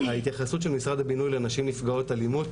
ההתייחסות של משרד השיכון לנשים נפגעות אלימות,